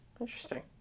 Interesting